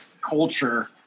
culture